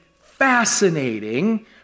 fascinating